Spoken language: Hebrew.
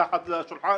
מתחת לשולחן,